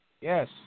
Yes